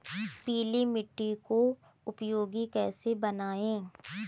पीली मिट्टी को उपयोगी कैसे बनाएँ?